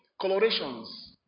colorations